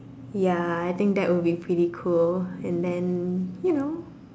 ya I think that would be pretty cool and then you know